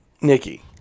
Nikki